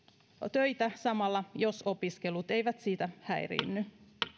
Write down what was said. töitä samalla jos opiskelut eivät siitä häiriinny